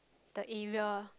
the area